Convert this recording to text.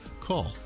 Call